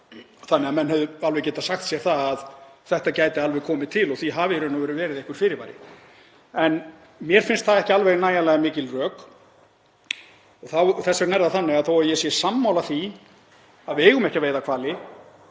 þannig að menn hefðu alveg getað sagt sér að þetta gæti komið til og því hafi í raun og veru verið einhver fyrirvari. En mér finnst það ekki alveg nægjanlega mikil rök. Þess vegna er það þannig að þó að ég sé sammála því að við eigum ekki að veiða hvali